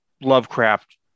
Lovecraft